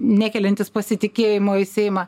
nekeliantys pasitikėjimo į seimą